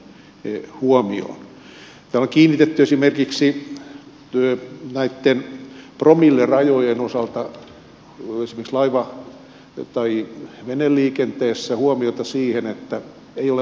täällä on kiinnitetty esimerkiksi näitten promillerajojen osalta esimerkiksi laiva tai veneliikenteessä huomiota siihen että ei ole valvontaa